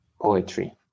poetry